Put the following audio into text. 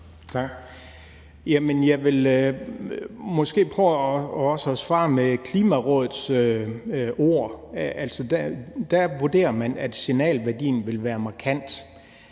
Jeg vil prøve at svare med Klimarådets ord. Der vurderer man, at signalværdien vil være markant.